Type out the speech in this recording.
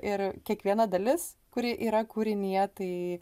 ir kiekviena dalis kuri yra kūrinyje tai